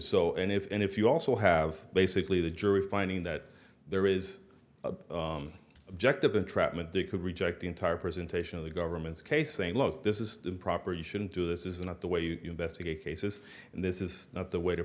so and if you also have basically the jury finding that there is objective entrapment there could reject the entire presentation of the government's case saying look this is improper you shouldn't do this is not the way you are best to get cases and this is not the way to